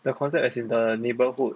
the concept as in the neighbourhood